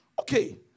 Okay